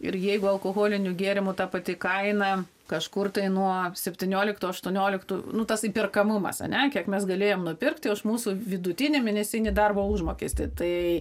ir jeigu alkoholinių gėrimų ta pati kaina kažkur tai nuo septynioliktų aštuonioliktų nu tas įperkamumas ane kiek mes galėjom nupirkti už mūsų vidutinį mėnesinį darbo užmokestį tai